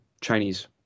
Chinese